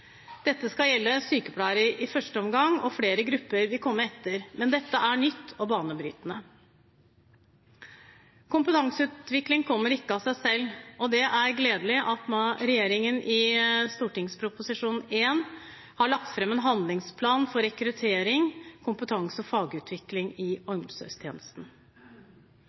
i første omgang gjelde sykepleiere, og flere grupper vil komme etter. Men dette er nytt og banebrytende. Kompetanseutvikling kommer ikke av seg selv, og det er gledelig at regjeringen i Prop 1 S har lagt fram en handlingsplan for rekruttering, kompetanse og fagutvikling i omsorgstjenesten.